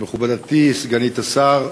מכובדתי סגנית השר,